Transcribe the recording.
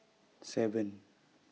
seven